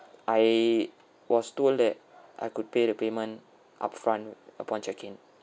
I was told that I could pay the payment up front upon check in